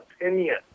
opinion